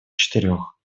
четырех